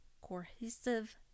cohesive